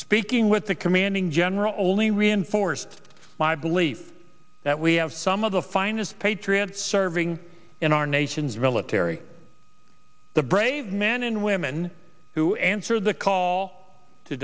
speaking with the commanding general only reinforced my belief that we have some of the finest patriots serving in our nation's terry the brave men and women who answered the call to